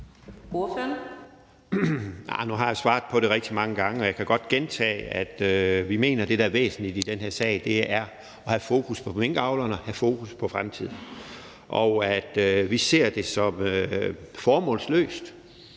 Nu har jeg svaret på det rigtig mange gange, og jeg kan godt gentage, at vi mener, at det, der er væsentligt i den her sag, er at have fokus på minkavlerne og at have fokus på fremtiden, og at vi ser det som formålsløst